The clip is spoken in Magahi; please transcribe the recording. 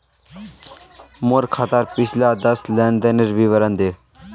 मोर खातार पिछला दस लेनदेनेर विवरण दे